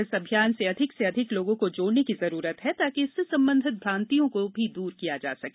इस अभियान से अधिक से अधिक लोगों को जोड़ने की जरूरत है ताकि इससे संबंधित भ्रांतियों को भी दूर किया जा सके